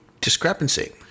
discrepancy